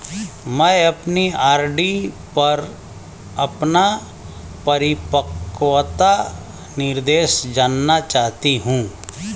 मैं अपनी आर.डी पर अपना परिपक्वता निर्देश जानना चाहती हूँ